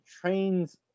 trains